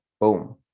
boom